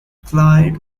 clyde